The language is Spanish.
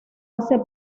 hace